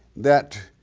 that